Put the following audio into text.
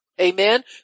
Amen